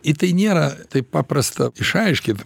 į tai nėra taip paprasta išaiškint